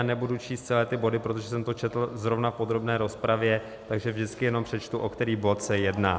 Nebudu číst celé ty body, protože jsem to četl zrovna v podrobné rozpravě, takže vždycky jenom přečtu, o který bod se jedná.